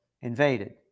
invaded